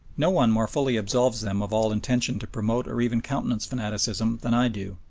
no one more fully absolves them of all intention to promote or even countenance fanaticism than i do,